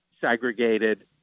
segregated